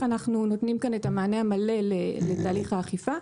אנחנו נותנים כאן את המענה המלא לתהליך האכיפה.